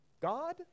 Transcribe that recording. God